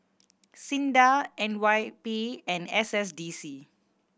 SINDA N Y P and S S D C